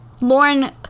Lauren